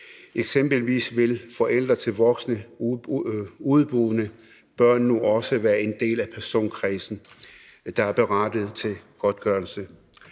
Eksempelvis vil forældre til voksne udeboende børn nu også være en del af personkredsen, der er berettiget til godtgørelse.